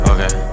Okay